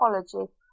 apology